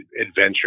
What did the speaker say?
adventure